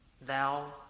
thou